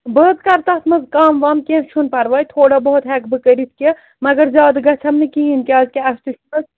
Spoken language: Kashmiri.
بہٕ حظ کَرٕ تَتھ منٛز کَم وَم کیٚنٛہہ چھُنہٕ پرواے تھوڑا بہت ہٮ۪کہٕ بہٕ کٔرِتھ کیٚنٛہہ مگر زیادٕ گژھٮ۪م نہٕ کِہیٖنۍ کیٛازکہِ اَسہِ تہِ